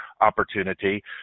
opportunity